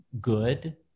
good